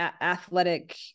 athletic